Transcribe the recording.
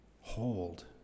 hold